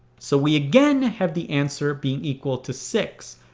so we again have the answer being equal to six.